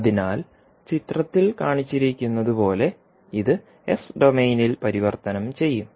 അതിനാൽ ചിത്രത്തിൽ കാണിച്ചിരിക്കുന്നതുപോലെ ഇത് എസ് ഡൊമെയ്നിൽ പരിവർത്തനം ചെയ്യും